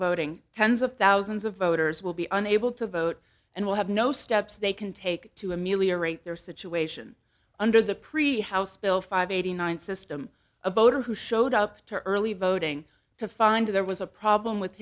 voting tens of thousands of voters will be unable to vote and will have no steps they can take to ameliorate their situation under the pre hospital five eighty nine system a voter who showed up to early voting to find there was a problem with